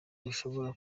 bishobora